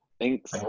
Thanks